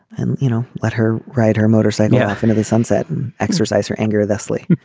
and you know let her write her motorcycle yeah off into the sunset and exercise her anger thusly.